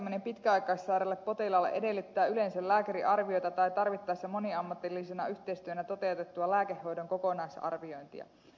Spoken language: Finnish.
uuden lääkityksen aloittaminen pitkäaikaissairaalle potilaalle edellyttää yleensä lääkärin arviota tai tarvittaessa moniammatillisena yhteistyönä toteutettua lääkehoidon kokonaisarviointia